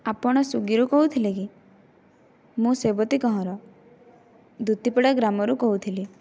ଆପଣ ସ୍ଵିଗିରୁ କହୁଥିଲେ କି ମୁଁ ସେବତୀ କହଁର ଦୁତିପଡ଼ା ଗ୍ରାମରୁ କହୁଥିଲି